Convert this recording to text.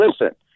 listen